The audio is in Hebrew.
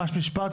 ממש משפט,